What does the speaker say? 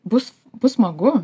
bus bus smagu